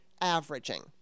averaging